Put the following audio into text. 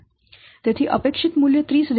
તેથી અપેક્ષિત મૂલ્ય 30000 છે